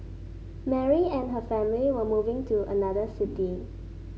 Mary and her family were moving to another city